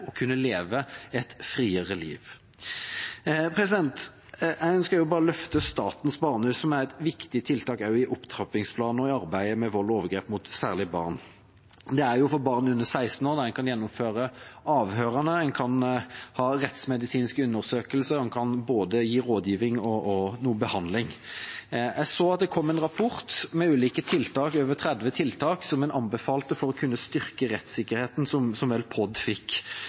kunne leve et friere liv. Jeg ønsker å løfte Statens barnehus, som også er et viktig tiltak i opptrappingsplanen og i arbeidet mot vold og overgrep, særlig mot barn. Det er for barn under 16 år, der man kan gjennomføre avhør, ha rettsmedisinske undersøkelser og gi både rådgivning og noe behandling. Jeg så det kom en rapport med over 30 ulike tiltak man anbefalte for å styrke rettssikkerheten – og som vel Politidirektoratet fikk.